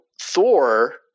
Thor